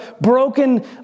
broken